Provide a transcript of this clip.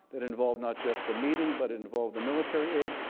it involve not just the meeting but involve the military aid,